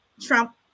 Trump